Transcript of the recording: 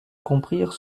comprirent